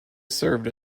served